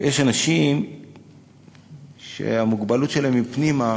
יש אנשים שהמוגבלות שלהם היא פנימה,